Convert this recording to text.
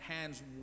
hands